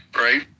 right